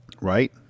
Right